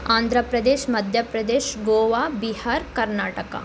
Andhra Pradesh Madhya Pradesh Goa Bihar Karnataka